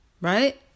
right